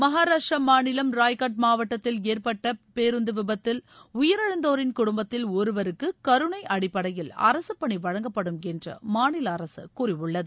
மஹாராஷ்டிரா மாநிலம் ராய்காட் மாவட்டத்தில் ஏற்பட்ட பேருந்து விபத்தில் உயிரிழந்தோரின் குடும்பத்தில் ஒருவருக்கு கருணை அடிப்படையில் அரசுப்பணி வழங்கப்படும் என்று மாநில அரசு கூறியுள்ளது